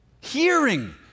hearing